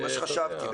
מה שחשבתי,